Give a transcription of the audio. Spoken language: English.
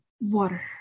water